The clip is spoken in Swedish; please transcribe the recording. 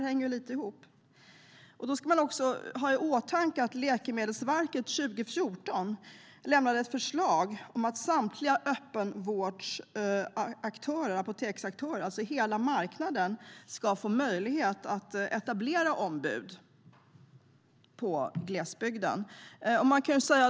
Läkemedelsverket lämnade 2014 ett förslag om att samtliga öppenvårdsapoteksaktörer, alltså hela marknaden, ska få möjlighet att etablera ombud i glesbygden.